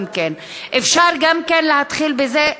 אפשר גם כן להתחיל בזה,